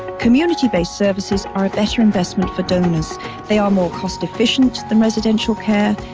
community-based services are a better investment for donors they are more cost efficient than residential care,